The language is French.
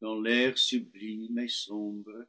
dans l'air sublime et sombre